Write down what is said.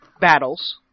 battles